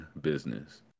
business